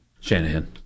Shanahan